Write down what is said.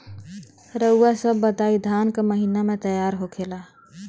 रउआ सभ बताई धान क महीना में तैयार होखेला?